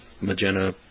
magenta